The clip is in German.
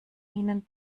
ihnen